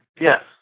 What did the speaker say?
Yes